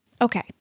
Okay